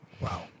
Wow